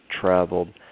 traveled